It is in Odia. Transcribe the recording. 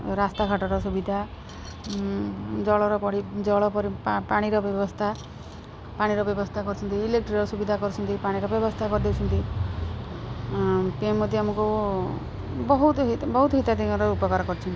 ରାସ୍ତାଘାଟର ସୁବିଧା ଜଳର ଜଳ ପରି ପାଣିର ବ୍ୟବସ୍ଥା ପାଣିର ବ୍ୟବସ୍ଥା କରୁଛନ୍ତି ଇଲେକ୍ଟ୍ରିର ସୁବିଧା କରୁଛନ୍ତି ପାଣିର ବ୍ୟବସ୍ଥା କରିଦେଉଛନ୍ତି ମଧ୍ୟ ଆମକୁ ବହୁତ ବହୁତ ହିତାଧୀକାରୀ ଉପକାର କରିଛନ୍ତି